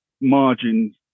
margins